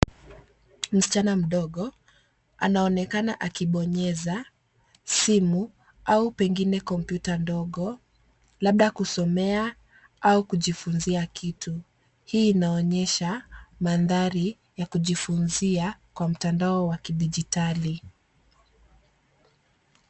Msichana mdogo, anaonekana akibonyeza simu au pengine kompyuta dogo labda kusomea au kujifunzia kitu. Hii inaonyesha mandhari ya kujifunzia kwa mtandao wa kidijitali.